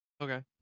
okay